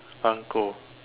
狼狗